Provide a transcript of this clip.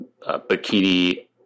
bikini